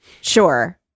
sure